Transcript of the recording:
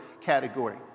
category